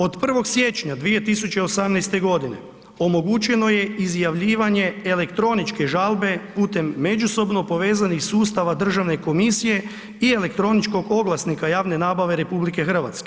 Od 1. siječnja 2018. g. omogućeno je izjavljivanje elektroničke žalbe putem međusobno povezanih sustava Državne komisije i elektroničkog oglasnika javne nabave RH.